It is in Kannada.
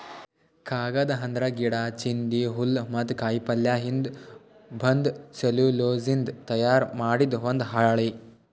ಕಾಗದ್ ಅಂದ್ರ ಗಿಡಾ, ಚಿಂದಿ, ಹುಲ್ಲ್ ಮತ್ತ್ ಕಾಯಿಪಲ್ಯಯಿಂದ್ ಬಂದ್ ಸೆಲ್ಯುಲೋಸ್ನಿಂದ್ ತಯಾರ್ ಮಾಡಿದ್ ಒಂದ್ ಹಾಳಿ